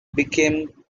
became